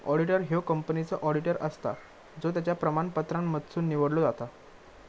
auditor ह्यो कंपनीचो auditor असता जो त्याच्या प्रमाणपत्रांमधसुन निवडलो जाता